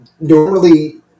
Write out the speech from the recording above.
normally